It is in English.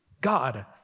God